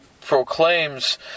proclaims